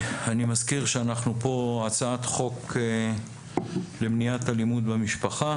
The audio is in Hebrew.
אני מזכיר שאנחנו כאן בדיון על הצעת חוק למניעת אלימות במשפחה.